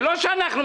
לא אנחנו מממנים.